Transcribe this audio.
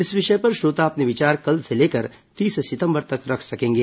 इस विषय पर श्रोता अपने विचार कल से लेकर तीस सितंबर तक रख सकेंगे